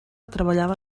treballava